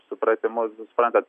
supratimu suprantat